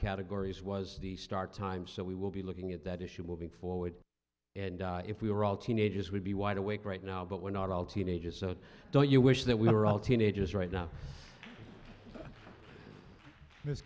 categories was the start time so we will be looking at that issue moving forward and if we were all teenagers we'd be wide awake right now but we're not all teenagers so don't you wish that we were all teenagers right now